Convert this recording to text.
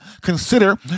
consider